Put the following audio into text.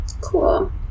Cool